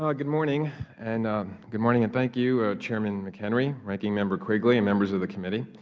ah good morning and good morning and thank you, chairman mchenry, ranking member quigley, and members of the committee.